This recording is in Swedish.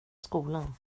skolan